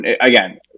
Again